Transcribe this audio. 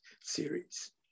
series